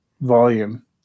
volume